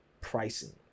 pricing